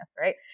right